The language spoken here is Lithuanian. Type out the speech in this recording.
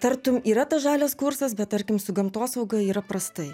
tartum yra tos žalios kursas bet tarkim su gamtosauga yra prastai